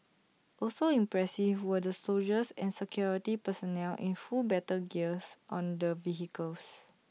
also impressive were the soldiers and security personnel in full battle gears on the vehicles